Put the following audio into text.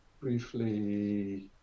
Briefly